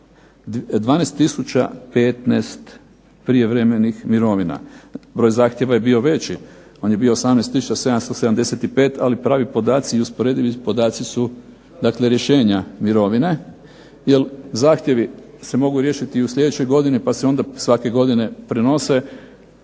15 prijevremenih mirovina, broj zahtjeva je bio veći, on je bio 18 tisuća 775 ali pravi podaci i usporedivi podaci su rješenja mirovine, jer zahtjevi se mogu riješiti u sljedećoj godini pa se onda svake godine prenose,